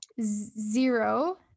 zero